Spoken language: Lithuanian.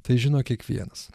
tai žino kiekvienas